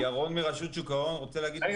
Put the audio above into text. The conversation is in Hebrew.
ירון מרשות שוק ההון רוצה להגיד, בבקשה.